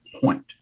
point